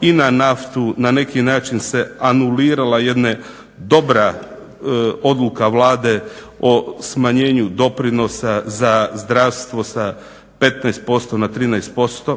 i na naftu, na neki način se anulirala jedna dobra odluka Vlade o smanjenju doprinosa za zdravstvo sa 15% na 13%.